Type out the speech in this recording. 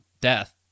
death